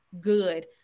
good